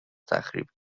تخریب